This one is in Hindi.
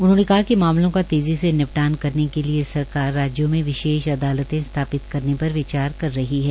उन्होंने कहा कि मामलों का तेजी से निपटान करने के लिए सरकार राज्यों में विशेष अदालते स्थापित करने पर विचार कर रही है